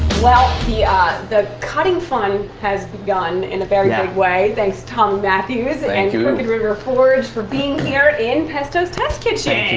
well the ah the cutting fun has gone in a very big way. thanks tom. matthew thank you. great records for being here in pastor's test kitchen.